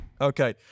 Okay